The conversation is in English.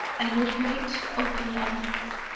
and with great, open eyes.